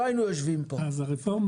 לא היינו יושבים טובה,